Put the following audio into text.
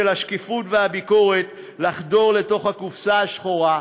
השקיפות והביקורת לחדור לתוך הקופסה השחורה.